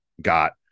got